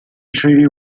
treaty